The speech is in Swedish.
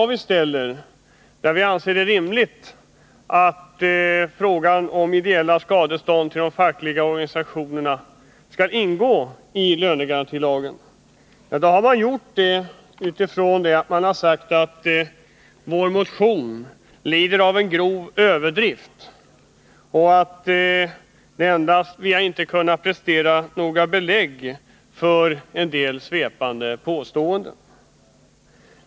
Vi anser det rimligt att ideella skadestånd till fackliga organisationer skall innefattas i lönegarantilagen. Utskottet svarar på det kravet genom att säga att det är en grov överdrift som framförs i vår motion och att vi inte presterat något belägg för det svepande påståendet.